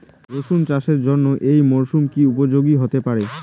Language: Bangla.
রসুন চাষের জন্য এই মরসুম কি উপযোগী হতে পারে?